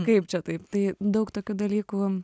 kaip čia taip tai daug tokių dalykų